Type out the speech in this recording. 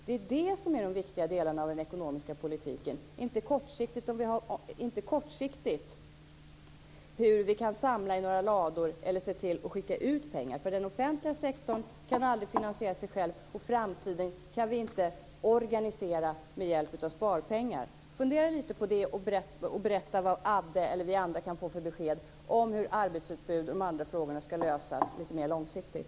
Det är det som är viktigt i den ekonomiska politiken, inte hur vi kortsiktigt kan samla i några lador eller se till att skicka ut pengar. Den offentliga sektorn kan aldrig finansiera sig själv, och framtiden kan vi inte organisera med hjälp av sparpengar. Fundera lite på det och berätta vad Adde och vi andra kan få för besked om hur detta med arbetsutbud och de andra frågorna ska lösas lite mer långsiktigt!